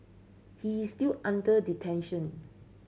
he is still under detention